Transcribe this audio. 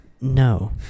No